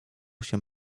się